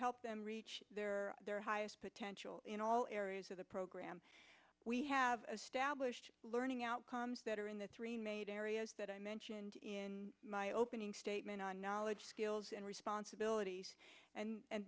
help them reach their highest potential in all areas of the program we have stablished learning outcomes that are in the three major areas that i mentioned in my opening statement on knowledge skills and responsibilities and